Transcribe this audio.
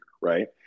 Right